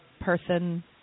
person